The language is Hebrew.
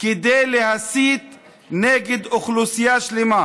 כדי להסית נגד אוכלוסייה שלמה,